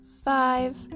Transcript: five